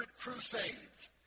crusades